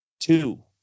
two